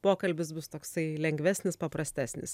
pokalbis bus toksai lengvesnis paprastesnis